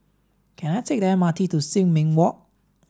can I take the M R T to Sin Ming Walk